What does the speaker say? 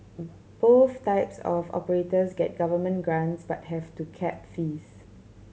both types of operators get government grants but have to cap fees